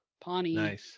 pawnee